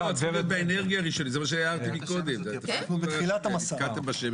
אנחנו בתחילת המסע.